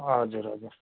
हजुर हजुर